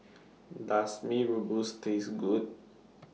Does Mee Rebus Taste Good